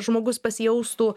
žmogus pasijaustų